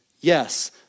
Yes